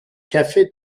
cafés